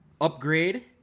upgrade-